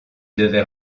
devait